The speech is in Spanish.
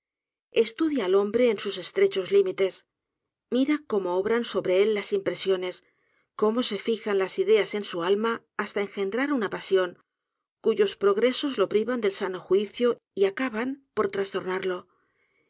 estudia al hombre en sus estrechos limites mira cómo obran sobre él las impresiones cómo se fijan las ideas en su alma hasta enjendrar una pasión cuyos progresos lo privan del sano juicio y acaban por trastornarlo